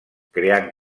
creant